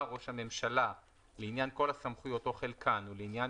ראש הממשלה לעניין כל הסמכויות או חלקן ולעניין